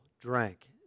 drank